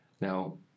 Now